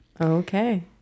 Okay